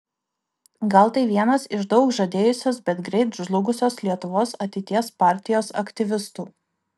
gal tai vienas iš daug žadėjusios bet greit žlugusios lietuvos ateities partijos aktyvistų